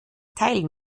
teilen